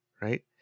Right